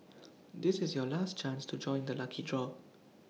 this is your last chance to join the lucky draw